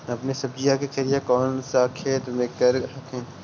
अपने सब्जिया के खेतिया कौन सा खेतबा मे कर हखिन?